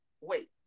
Wait